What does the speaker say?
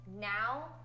now